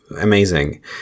amazing